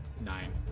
nine